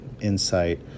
insight